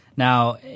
Now